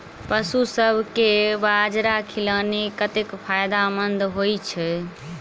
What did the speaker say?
पशुसभ केँ बाजरा खिलानै कतेक फायदेमंद होइ छै?